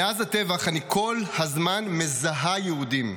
מאז הטבח אני כל הזמן מזהה יהודים.